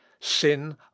sin